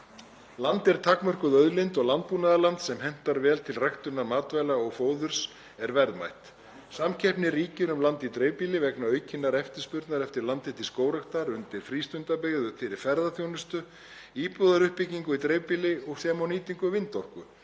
Land er takmörkuð auðlind og landbúnaðarland sem hentar vel til ræktunar matvæla og fóðurs er verðmætt. Samkeppni ríkir um land í dreifbýli vegna aukinnar eftirspurnar eftir landi til skógræktar, undir frístundabyggð, fyrir ferðaþjónustu, íbúðaruppbyggingu í dreifbýli og nýtingu vindorku.